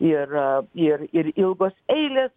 ir ir ir ilgos eilės